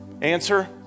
Answer